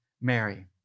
Mary